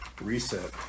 reset